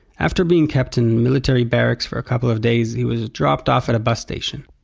after being kept in a military barracks for a couple of days, he was dropped off at a bus station.